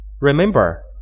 remember